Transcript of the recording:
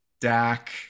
Dak